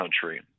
country